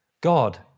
God